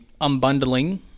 unbundling